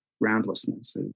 groundlessness